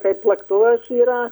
kaip plaktuvas yra